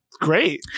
Great